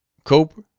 cope,